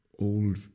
Old